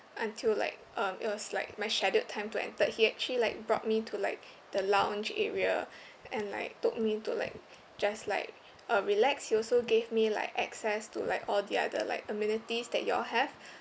until like um it was like my scheduled time to enter he actually like brought me to like the lounge area and like told me to like just like uh relax he also gave me like access to like all the other like amenities that you all have